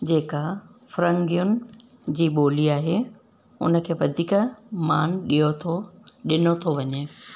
जेका फ़िरंगियुनि जी ॿोली आहे हुनखे वधीक मान ॾियो थो ॾिनो थो वञे